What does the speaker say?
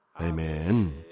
Amen